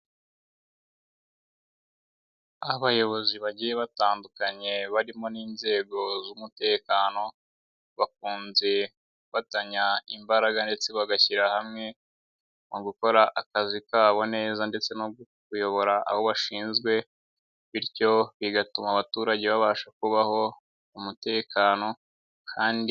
Abayobozi bagiye batandukanye barimo n'inzego z'umutekano, bakunze gufatanya imbaraga ndetse bagashyira hamwe, mu gukora akazi kabo neza ndetse no kuyobora abo bashinzwe, bityo bigatuma abaturage babasha kubaho mu mutekano kandi.